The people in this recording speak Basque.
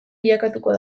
bilakatuko